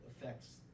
affects